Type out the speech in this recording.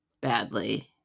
badly